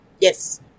Yes